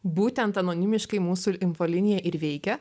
būtent anonimiškai mūsų ir infolinija ir veikia